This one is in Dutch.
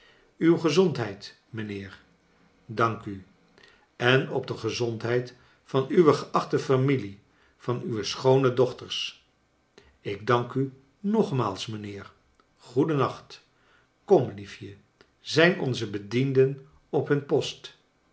uw gezondheid mijnheer dank u en op de gezondheid van uwe geachte familie van uwe schoone dochters ik dank u nogmaals mijnheer ooeden naoht kom lief je zijn onze bedienden op hun post